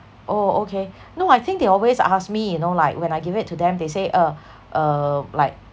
oh okay no I think they always ask me you know like when I give it to them they say uh uh like